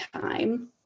time